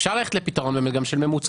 אפשר ללכת לפתרון של ממוצע,